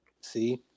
See